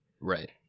Right